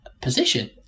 position